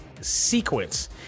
sequence